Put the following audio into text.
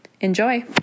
Enjoy